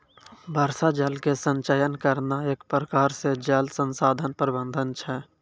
वर्षा जल के संचयन करना एक प्रकार से जल संसाधन प्रबंधन छै